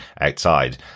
outside